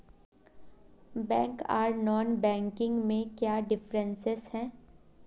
Bank आर non banking में क्याँ डिफरेंस है?